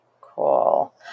cool